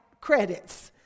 credits